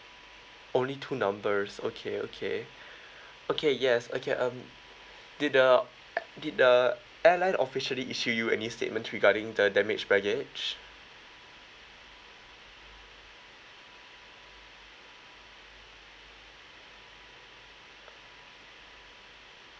only two numbers okay okay okay yes okay um did the a~ did the airline officially issue you any statements regarding the damaged baggage